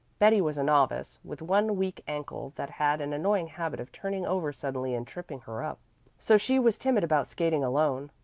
betty was a novice, with one weak ankle that had an annoying habit of turning over suddenly and tripping her up so she was timid about skating alone.